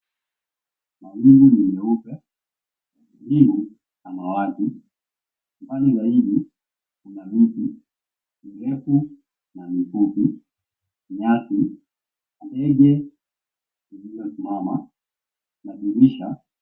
Mawingu ni meupe, mbingu samawati, mbali zaidi kuna miti mirefu na mifupi nyasi ndege iliyosimama na dirisha.